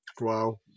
Wow